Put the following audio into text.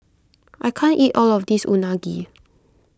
I can't eat all of this Unagi